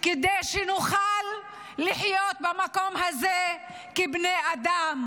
כדי שנוכל לחיות במקום הזה כבני אדם,